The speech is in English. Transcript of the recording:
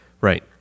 Right